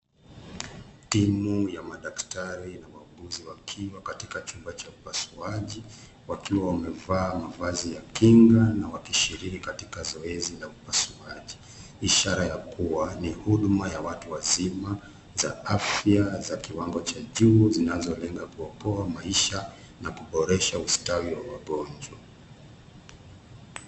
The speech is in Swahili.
Timu ya madaktari na wauguzi wakiwa katika chumba cha upasuaji. Wakiwa wamevaa mavazi ya kinga, na wakishiriki katika zoezi la upasuaji. Ishara ya kuwa ni huduma ya watu wazima, za afya za kiwango cha juu zinazolenga kuokoa maisha, na kuboresha ustawi wa wagonjwa.